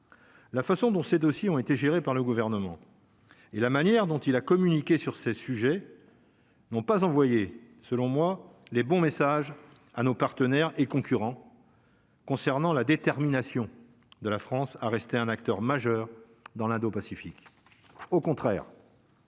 la façon dont ces dossiers ont été gérés par le gouvernement et la manière dont il a communiqué sur ces sujets n'ont pas envoyé, selon moi, les bons messages à nos partenaires et concurrents. Concernant la détermination de la France à rester un acteur majeur dans l'indo-Pacifique au contraire.